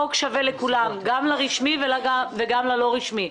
חוק שווה לכולם, גם לרשמי וגם ל-לא רשמי.